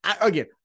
again